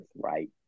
right